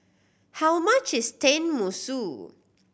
how much is Tenmusu